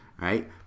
right